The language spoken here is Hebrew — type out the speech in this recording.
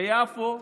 ביפו,